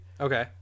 okay